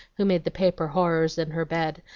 who made the paper horrors in her bed,